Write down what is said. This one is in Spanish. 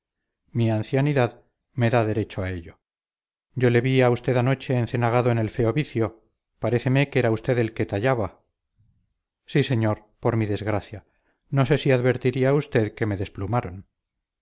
mi ancianidad me da derecho a ello yo te vi a usted anoche encenagado en el feo vicio paréceme que era usted el que tallaba sí señor por mi desgracia no sé si advertiría usted que me desplumaron